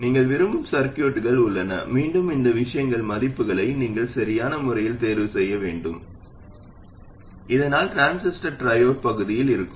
நீங்கள் விரும்பும் சர்கியூட்கள் உள்ளன மீண்டும் இந்த விஷயங்களின் மதிப்புகளை நீங்கள் சரியான முறையில் தேர்வு செய்ய வேண்டும் இதனால் டிரான்சிஸ்டர் ட்ரையோட் பகுதியில் இருக்கும்